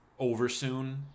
Oversoon